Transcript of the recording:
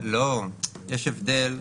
לא, יש הבדל.